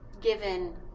given